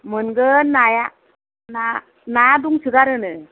मोनगोन नाया ना दंसो गारोनो